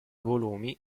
volumi